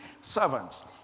servants